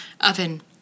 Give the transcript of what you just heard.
Oven